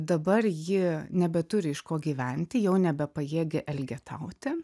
dabar ji nebeturi iš ko gyventi jau nebepajėgia elgetauti